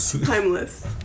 timeless